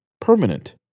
permanent